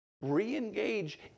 re-engage